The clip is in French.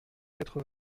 quatre